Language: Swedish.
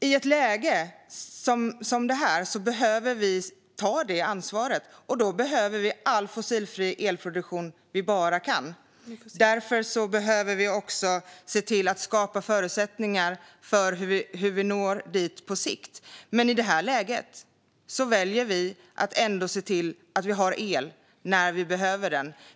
I ett läge som detta behöver vi ta ansvar, och då behöver vi all fossilfri elproduktion som vi bara kan få. Vi behöver skapa förutsättningar att nå fossilfri elproduktion på sikt. Men i det här läget väljer vi ändå att se till att vi har el när vi behöver den.